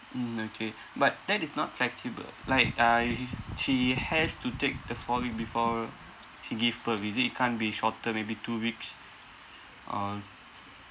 mm okay but that is not flexible like uh she has to take the four week before she give birth is it it can't be shorter maybe two weeks or